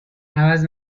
عوض